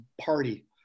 party